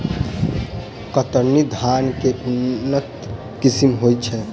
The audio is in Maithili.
कतरनी धान केँ के उन्नत किसिम होइ छैय?